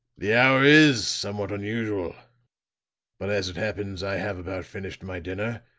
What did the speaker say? the hour is somewhat unusual but as it happens i have about finished my dinner,